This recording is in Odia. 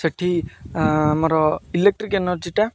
ସେଠି ଆମର ଇଲେକ୍ଟ୍ରିକ୍ ଏନର୍ଜିଟା